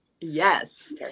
Yes